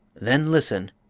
then, listen!